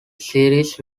series